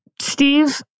Steve